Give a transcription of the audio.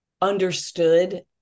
understood